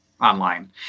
online